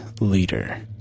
leader